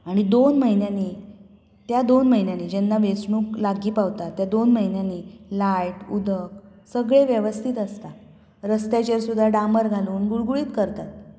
आनी दोन म्हयन्यांनीं त्या दोन म्हयन्यांनी जेन्ना वेचणूक लागीं पावता त्या दोन म्हयन्यांनी लायट उदक सगळें वेवस्थीत आसता रस्त्याचेर सुद्दा डामर घालून गुळगुळीत करतात